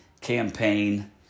campaign